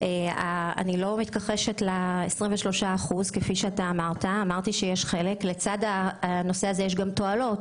איני מתכחשת לנזק של 23%. לצד הנושא הזה יש גם תועלות